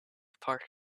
part